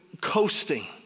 coasting